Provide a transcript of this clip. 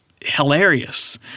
hilarious